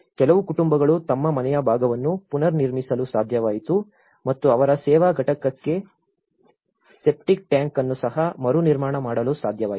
ಕೆಲವು ಕುಟುಂಬಗಳು ತಮ್ಮ ಮನೆಯ ಭಾಗವನ್ನು ಪುನರ್ನಿರ್ಮಿಸಲು ಸಾಧ್ಯವಾಯಿತು ಮತ್ತು ಅವರ ಸೇವಾ ಘಟಕಕ್ಕಾಗಿ ಸೆಪ್ಟಿಕ್ ಟ್ಯಾಂಕ್ ಅನ್ನು ಸಹ ಮರುನಿರ್ಮಾಣ ಮಾಡಲು ಸಾಧ್ಯವಾಯಿತು